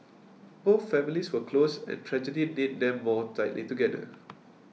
both families were close and tragedy knit them more tightly together